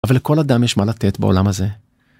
אבל לכל אדם יש מה לתת בעולם הזה.